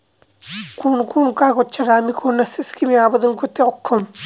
কোন কোন কাগজ ছাড়া আমি কন্যাশ্রী স্কিমে আবেদন করতে অক্ষম?